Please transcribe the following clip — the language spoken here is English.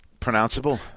pronounceable